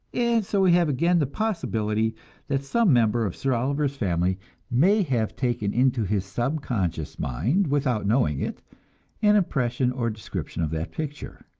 and so we have again the possibility that some member of sir oliver's family may have taken into his subconscious mind without knowing it an impression or description of that picture.